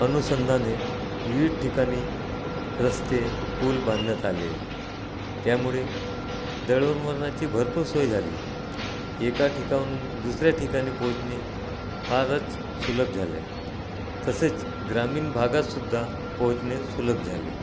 अनुषंगाने विविध ठिकाणी रस्ते पूल बांधण्यात आले त्यामुळे दळणवळणाची भरपूर सोय झाली एका ठिकाणाहून दुसऱ्या ठिकाणी पोहोचणे फारच सुलभ झाले तसेच ग्रामीण भागातसुद्धा पोहोचणे सुलभ झाले